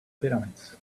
pyramids